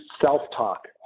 self-talk